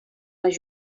les